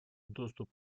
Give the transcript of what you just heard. доступ